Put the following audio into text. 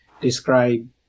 describe